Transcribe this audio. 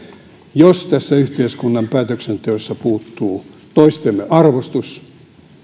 jos tässä yhteiskunnan päätöksenteossa puuttuu toistemme arvostus